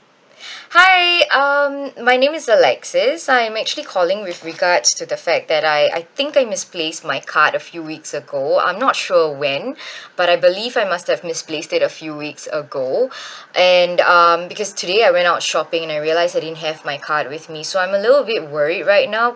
hi um my name is alexis I'm actually calling with regards to the fact that I I think I misplaced my card a few weeks ago I'm not sure when but I believe I must have misplaced it a few weeks ago and um because today I went out shopping and I realised I didn't have my card with me so I'm a little bit worried right now